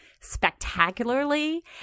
spectacularly